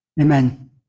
amen